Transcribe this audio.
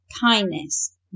kindness